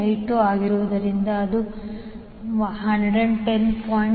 69A V020I2110